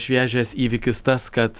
šviežias įvykis tas kad